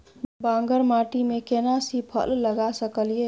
बांगर माटी में केना सी फल लगा सकलिए?